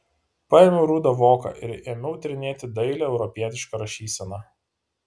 paėmiau rudą voką ir ėmiau tyrinėti dailią europietišką rašyseną